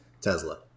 Tesla